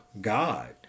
God